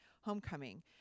homecoming